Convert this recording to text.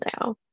now